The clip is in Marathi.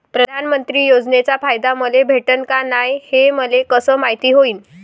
प्रधानमंत्री योजनेचा फायदा मले भेटनं का नाय, हे मले कस मायती होईन?